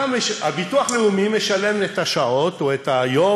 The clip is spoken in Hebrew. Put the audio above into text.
הביטוח הלאומי משלם את השעות או את היום